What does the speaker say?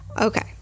Okay